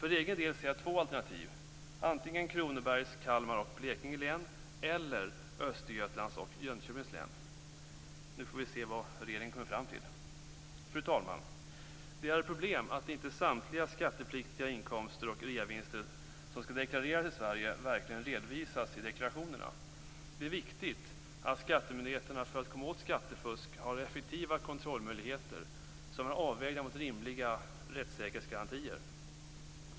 För egen del ser jag två alternativ: antingen Kronobergs, Kalmar och Blekinge län eller Östergötlands och Jönköpings län. Nu får vi ser vad regeringen kommer fram till. Fru talman! Det är ett problem att inte samtliga skattepliktiga inkomster och reavinster som skall deklareras i Sverige verkligen redovisas i deklarationerna. Det är viktigt att skattemyndigheterna för att komma åt skattefusk har effektiva kontrollmöjligheter som är avvägda mot rimliga rättssäkerhetsgarantier.